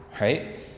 Right